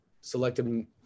selected